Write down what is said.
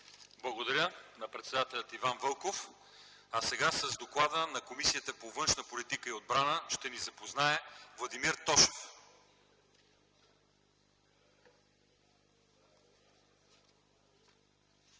Благодаря на председателя Иван Вълков. Сега с доклада на Комисията по външна политика и отбрана ще ни запознае Владимир Тошев. ДОКЛАДЧИК